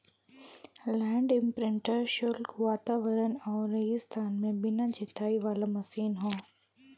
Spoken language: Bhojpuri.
लैंड इम्प्रिंटर शुष्क वातावरण आउर रेगिस्तान में बिना जोताई वाला मशीन हौ